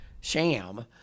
sham